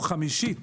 הוא חמישית